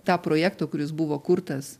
tą projektą kuris buvo kurtas